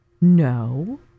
No